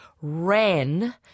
ran